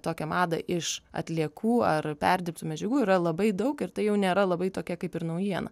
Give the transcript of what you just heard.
tokią madą iš atliekų ar perdirbtų medžiagų yra labai daug ir tai jau nėra labai tokia kaip ir naujiena